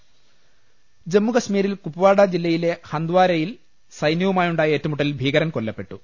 രുട്ടിട്ടുള്ള ജമ്മുകശ്മീരിൽ കുപ്പാഡ ജില്ലയിലെ ഹന്ത്വാരയിൽ സൈന്യവുമായു ണ്ടായ ഏറ്റുമുട്ടലിൽ ഭീകരൻ കൊല്ലപ്പെട്ടു